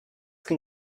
can